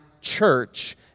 church